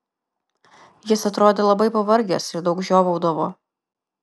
jis atrodė labai pavargęs ir daug žiovaudavo